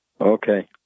Okay